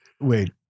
wait